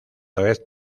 red